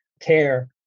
care